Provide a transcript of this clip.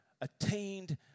attained